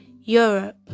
Europe